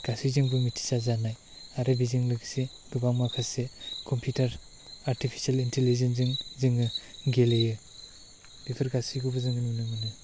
गासैजोंबो मिथिसार जानाय आरो बेजों लोगोसे गोबां माखासे कम्पिउटार आरटिपिसियेल इन्थिलिजेन जों जोङो गेलेयो बेफोर गासैखौबो जों नुनो मोनो